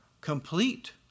complete